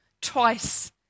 twice